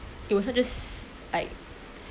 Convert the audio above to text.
it was so just like